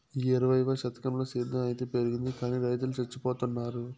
ఈ ఇరవైవ శతకంల సేద్ధం అయితే పెరిగింది గానీ రైతులు చచ్చిపోతున్నారు